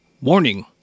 Warning